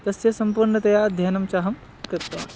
तस्य सम्पूर्णतया अध्ययनं च अहं कृतवान्